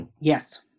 Yes